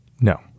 No